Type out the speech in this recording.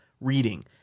Reading